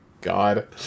God